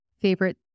favorite